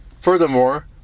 Furthermore